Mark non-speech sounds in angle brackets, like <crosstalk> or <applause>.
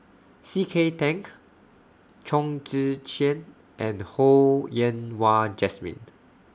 C K Tang <unintelligible> Chong Tze Chien and Ho Yen Wah Jesmine